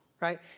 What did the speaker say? right